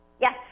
Yes